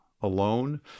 alone